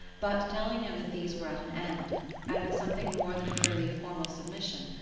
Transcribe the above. but telling him that these were at an end and with something more than a purely formal submission,